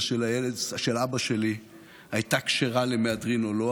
של אבא שלי הייתה כשרה למהדרין או לא,